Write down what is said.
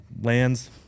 Lands